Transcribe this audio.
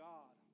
God